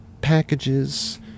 packages